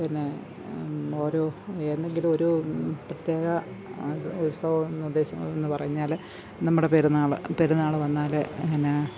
പിന്നെ ഒരു എന്നെങ്കിലും ഒരു പ്രത്യേക അത് ഉത്സവം ഉദ്ദേശമെന്നു പറഞ്ഞാല് നമ്മടെ പെരുന്നാള് പെരുന്നാള് വന്നാല് എന്നാ